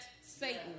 Satan